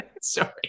sorry